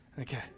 okay